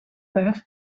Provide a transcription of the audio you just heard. perth